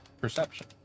Perception